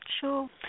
Sure